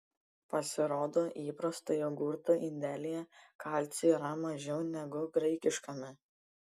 pasirodo įprasto jogurto indelyje kalcio yra mažiau negu graikiškame